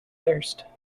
thirst